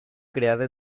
creada